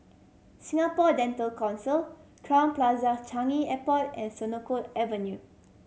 Singapore Dental Council Crowne Plaza Changi Airport and Senoko Avenue